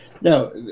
No